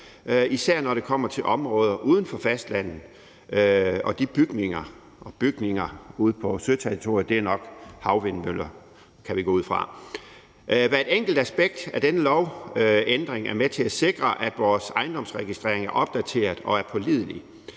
især når det kommer til områder uden for fastlandet og bygninger ude på søterritoriet; det er nok havvindmøller, må vi gå ud fra. Hvert enkelt aspekt af denne lovændring er med til at sikre, at vores ejendomsregistrering er opdateret og pålidelig.